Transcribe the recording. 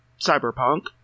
cyberpunk